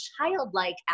childlike